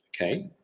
Okay